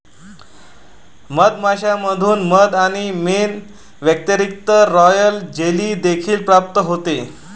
मधमाश्यांमधून मध आणि मेण व्यतिरिक्त, रॉयल जेली देखील प्राप्त होते